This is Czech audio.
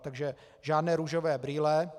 Takže žádné růžové brýle.